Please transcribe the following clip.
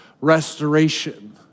restoration